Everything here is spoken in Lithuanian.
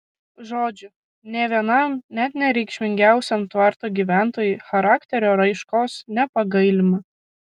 žodžiu nė vienam net nereikšmingiausiam tvarto gyventojui charakterio raiškos nepagailima